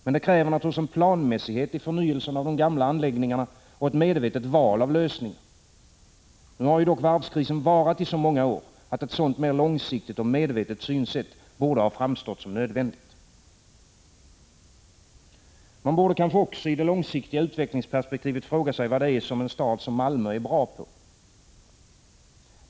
Men de kräver naturligtvis en planmässighet i förnyelsen av de gamla anläggningarna och ett medvetet val av lösningar. Nu har dock varvskrisen varat i så många år att ett sådant mer långsiktigt och medvetet synsätt borde ha framstått som nödvändigt. Man borde kanske också i det långsiktiga utvecklingsperspektivet fråga sig vad det är som en stad som Malmö är bra på.